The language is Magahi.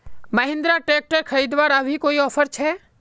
महिंद्रा ट्रैक्टर खरीदवार अभी कोई ऑफर छे?